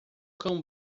cão